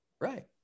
right